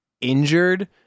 injured